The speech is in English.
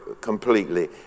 completely